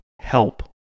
help